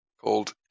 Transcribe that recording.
called